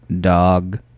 Dog